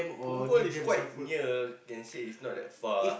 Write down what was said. punggol is quite near you can say it's not that far